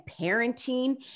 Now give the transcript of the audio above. parenting